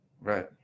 Right